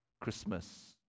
Christmas